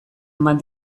eman